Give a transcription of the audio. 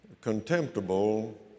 contemptible